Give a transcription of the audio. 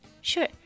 Sure